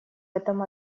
этом